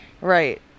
right